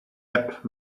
app